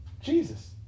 Jesus